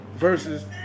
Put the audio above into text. versus